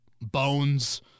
Bones